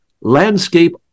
Landscape